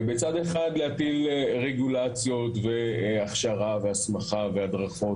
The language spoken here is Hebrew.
מצד אחד להטיל רגולציות והכשרה והסמכה והדרכות